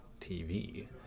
TV